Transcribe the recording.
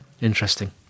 Interesting